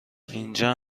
اینجا